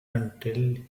until